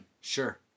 Sure